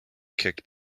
kicked